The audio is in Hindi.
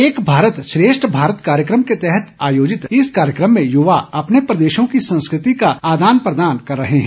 एक भारत श्रेष्ठ भारत कार्यक्रम के तहत आयोजित इस कार्यक्रम में युवा अपने प्रदेशों की संस्कृति का आदान प्रदान कर रहे हैं